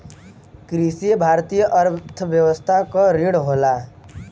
कृषि भारतीय अर्थव्यवस्था क रीढ़ होला